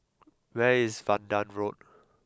where is Vanda Road